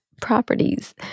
properties